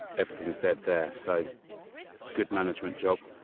everything is dead there. so good management job.